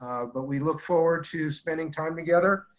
but we look forward to spending time together,